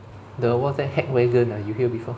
the what's that hackwagon ah you hear before